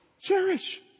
Cherish